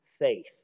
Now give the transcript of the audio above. faith